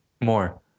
More